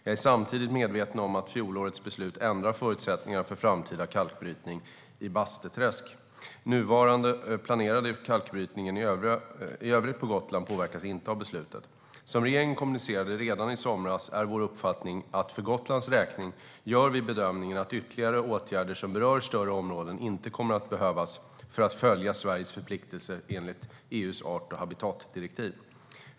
Jag är samtidigt medveten om att fjolårets beslut ändrar förutsättningarna för framtida kalkbrytning i Bästeträsk. Nuvarande och planerad kalkbrytning i övrigt på Gotland påverkas inte av beslutet. Som regeringen kommunicerade redan i somras är vår uppfattning att för Gotlands räkning gör vi bedömningen att ytterligare åtgärder som berör större områden inte kommer att behövas för att följa Sveriges förpliktelser enligt EU:s art och habitatdirektiv.